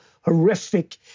horrific